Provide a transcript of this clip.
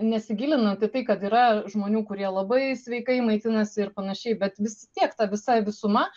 nesigilinant į tai kad yra žmonių kurie labai sveikai maitinasi ir panašiai bet vis tiek ta visa visuma